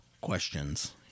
questions